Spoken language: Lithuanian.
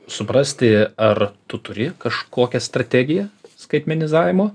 suprasti ar tu turi kažkokią strategiją skaitmenizavimo